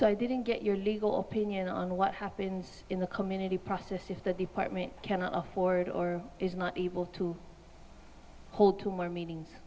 so i didn't get your legal opinion on what happens in the community process if the department cannot afford or is not able to hold two more meetings